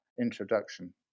introduction